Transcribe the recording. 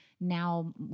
now